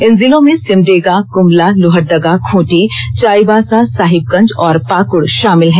इन जिलों में सिमडेगा गुमला लोहरदगा ख्रंटी चाईबासा साहिबगंज और पाकुड़ शामिल हैं